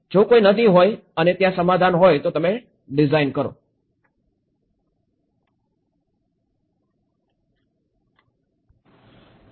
જો કોઈ નદી હોય અને ત્યાં સમાધાન હોય તો તમે ડિઝાઇન કરો છો